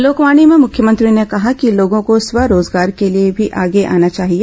लोकवाणी में मुख्यमंत्री ने कहा कि लोगों को स्व रोजगार के लिए भी आगे आना चाहिए